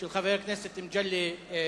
של חבר הכנסת מגלי והבה,